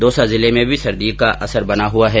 दौसा जिले में भी सर्दी का असर बना हुआ है